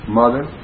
mother